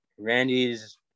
Randy's